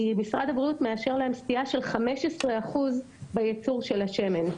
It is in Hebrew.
כי משרד הבריאות מאשר להם סטייה של 15% בייצור של השמן.